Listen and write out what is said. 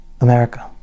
America